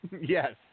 Yes